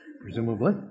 presumably